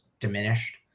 diminished